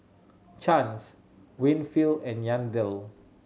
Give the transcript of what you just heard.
Chance Winfield and Yandel